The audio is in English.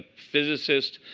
physicist,